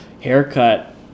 haircut